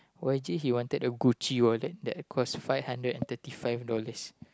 oh actually he wanted a Gucci wallet that cost five hundred and thirty five dollars